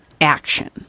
action